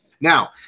now